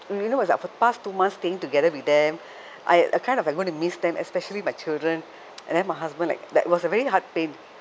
mm you know was like for the past two months staying together with them I I kind of going to miss them especially my children and then my husband like like was a very heartpain